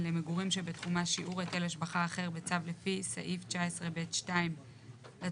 למגורים שבתחומה שיעור היטל השבחה אחר בצו לפי סעיף 19 (ב') 2 לתוספת